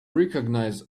recognize